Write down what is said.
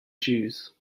jews